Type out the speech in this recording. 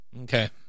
Okay